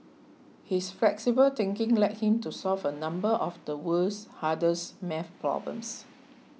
his flexible thinking led him to solve a number of the world's hardest maths problems